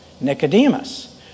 Nicodemus